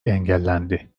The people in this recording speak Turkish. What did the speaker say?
engellendi